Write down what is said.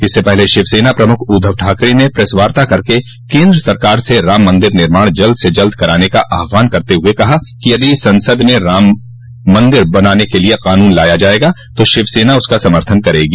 इससे पहले शिवसेना प्रमुख उद्वव ठाकरे ने प्रेस वार्ता करके केन्द्र सरकार से राम मंदिर निर्माण जल्द से जल्द कराने का आहवान करते हुए कहा कि यदि संसद में मंदिर बनाने के लिये कानून लाया जायेगा तो शिवसेना उसका समर्थन करेगी